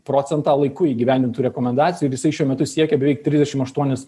procentą laiku įgyvendintų rekomendacijų ir jisai šiuo metu siekia beveik trisdešim aštuonis